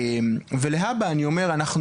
ולהבא אני אומר,